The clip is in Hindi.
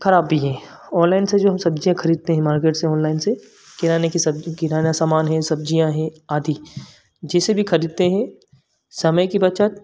खराब भी है ऑनलाइन से जो हम सब्ज़ियाँ खरीदते हैं मार्केट से ऑनलाइन से किराने की सब किराना समान है सब्ज़ियाँ है आदि जैसे भी खरीदते हैं समय की बचत